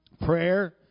prayer